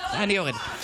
אני יורדת.